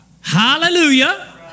Hallelujah